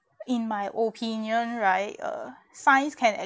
in my opinion right uh science can